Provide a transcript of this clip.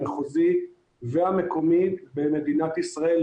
המחוזי והמקומי במדינת ישראל,